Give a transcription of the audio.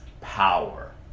power